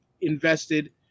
invested